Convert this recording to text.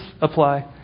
apply